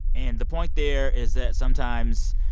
and the point there is that, sometimes,